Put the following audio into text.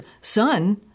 son